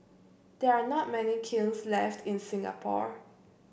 there are not many kilns left in Singapore